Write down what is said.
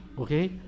okay